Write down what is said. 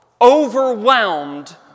Overwhelmed